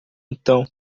então